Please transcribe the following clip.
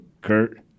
Kurt